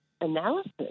analysis